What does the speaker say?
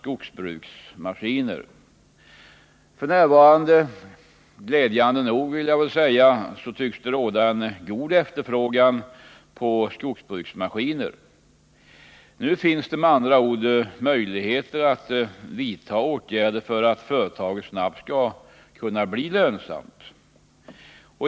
F. n. råder det glädjande nog god efterfrågan på skogsbruksmaskiner. Nu finns det med andra ord möjligheter att vidta åtgärder för att företaget snabbt skall kunna bli lönsamt.